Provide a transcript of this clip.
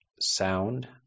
sound